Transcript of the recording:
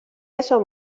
eso